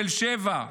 תל שבע,